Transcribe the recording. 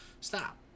Stop